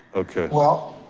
okay. well,